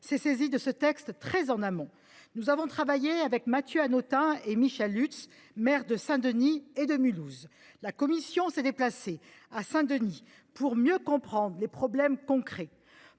de la rue d’Aubagne. Nous avons notamment travaillé avec Mathieu Hanotin et Michèle Lutz, maires de Saint Denis et de Mulhouse. La commission s’est déplacée à Saint Denis pour mieux comprendre les problèmes concrets.